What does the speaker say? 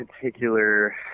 particular